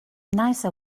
nysa